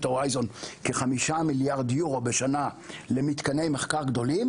הורייזן כ-5 מיליארד יורו בשנה למתקני מחקר גדולים.